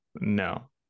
No